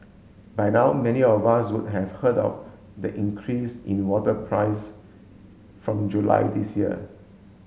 by now many of us would have heard of the increase in water price from July this year